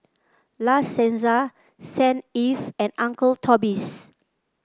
La Senza Saint Ives and Uncle Toby's